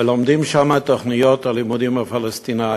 ולומדים שם את תוכנית הלימוד הפלסטינית,